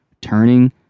turning